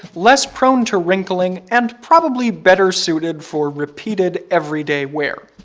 less prone to wrinkling, and probably better suited for repeated everyday wear.